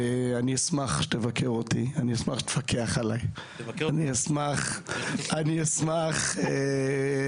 אני אשמח שתבקר אותי, אני אשמח שתפקח עלי.